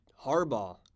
Harbaugh